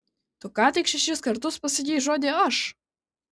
tu ką tik šešis kartus pasakei žodį aš